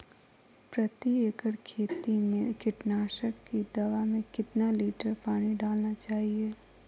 प्रति एकड़ खेती में कीटनाशक की दवा में कितना लीटर पानी डालना चाइए?